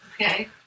Okay